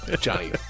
Johnny